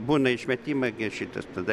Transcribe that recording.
būna išmetimą gi šitas tada